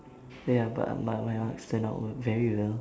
ya but but my marks turn out were very well